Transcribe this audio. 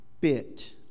bit